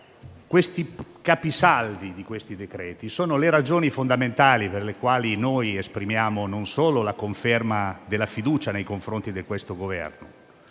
I capisaldi di questi decreti-legge sono le ragioni fondamentali per le quali esprimiamo non solo la conferma della fiducia nei confronti del Governo,